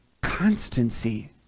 constancy